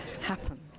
happen